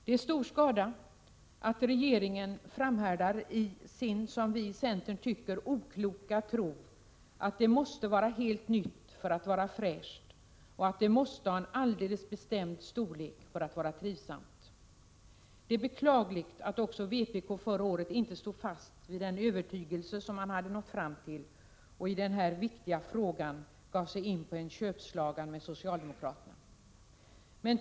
Det är stor skada att regeringen framhärdar i sin, som vi i centern tycker, okloka tro att det måste vara helt nytt för att vara fräscht och att det måste ha en alldeles bestämd storlek för att vara trivsamt. Det är också beklagligt att vpk förra året inte höll fast vid den övertygelse som man hade nått fram till i denna viktiga fråga utan gav sig in på en köpslagan med socialdemokraterna.